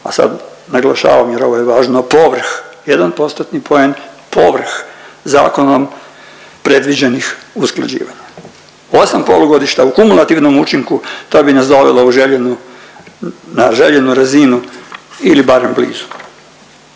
A sad naglašavam jer ovo je važno povrh, jedan postotni poen povrh zakonom predviđenih usklađivanja. 8 polugodišta u kumulativnom učinku to bi nas dovelo u željenu na željenu razinu ili barem blizu.